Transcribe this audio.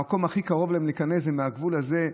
המקום הכי קרוב להם להיכנס זה מהגבול הזה,